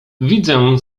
widzę